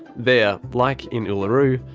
there, like in uluru,